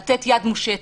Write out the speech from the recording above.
לתת יד מושטת.